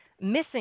missing